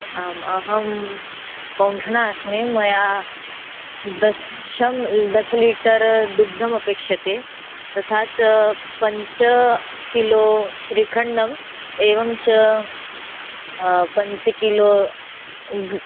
आम् अहं पौङ्घ्णा अस्मि मया दशः दश लीटर् दुग्धमपेक्ष्यते तथा च पञ्च किलो श्रीखण्डम् एवं च पञ्च किलो ग्